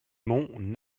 mon